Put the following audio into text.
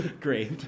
Great